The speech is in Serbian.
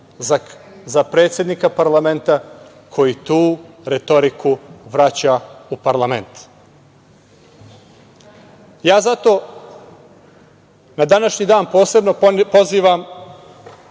za predsednika parlamenta koji tu retoriku vraća u parlament. Zato, na današnji dan posebno, pozivam